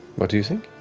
what do you think?